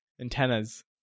antennas